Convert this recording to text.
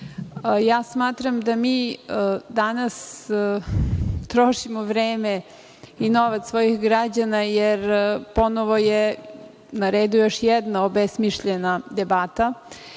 smatram da mi danas trošimo vreme i novac svojih građana jer ponovo je na redu još jedna obesmišljena debata.